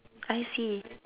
I see